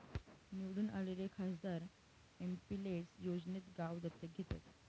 निवडून आलेले खासदार एमपिलेड्स योजनेत गाव दत्तक घेतात